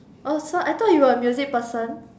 oh so I thought you were a music person